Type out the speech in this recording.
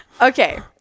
Okay